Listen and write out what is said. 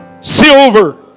silver